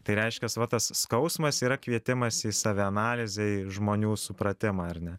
tai reiškias va tas skausmas yra kvietimas į savianalizę į žmonių supratimą ar ne